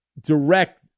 direct